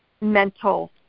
mental